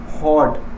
hot